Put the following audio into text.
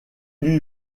lui